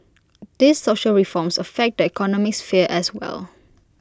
these social reforms affect that economic sphere as well